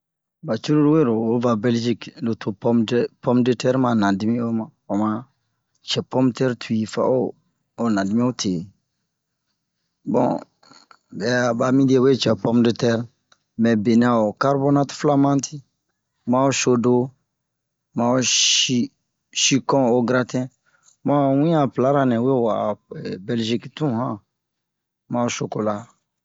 ɓa curulu wero o va bɛlzik lo to pome de pome de tɛr ma nadimi o oma cɛ pome-tɛr tuwi fa o o nadimi o te bon ɓɛ a ɓa mide we cɛ ho pome de tɛr mɛ benɛ a ho karbonate flamante ma ho shodo ma ho shi- shikon-o-gratɛn bon han wiɲan a plara nɛ we wa'a bɛlzik tun ma ho shokola